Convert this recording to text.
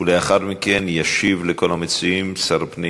ולאחר מכן ישיב לכל המציעים שר הפנים